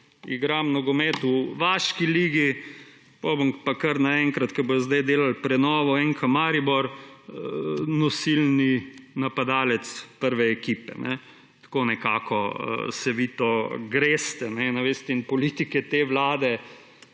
igram nogomet v vaški ligi, potem bom pa kar naenkrat ko bodo sedaj delali prenovo NK Maribor nosilni napadalec prve ekipe. Tako nekako se vi to greste. In veste, in politike te vlade,